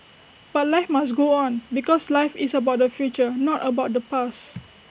but life must go on because life is about the future not about the past